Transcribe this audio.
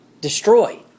destroy